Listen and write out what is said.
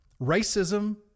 Racism